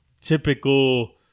typical